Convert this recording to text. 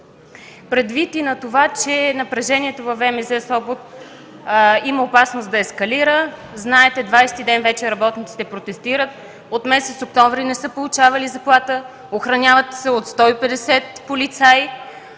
Предвид и на това, че напрежението във ВМЗ – Сопот, има опасност да ескалира. Знаете, че вече 20-ти ден работниците протестират, от месец октомври не са получавали заплата, охраняват се от 150 полицаи,